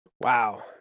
Wow